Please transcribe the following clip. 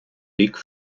рік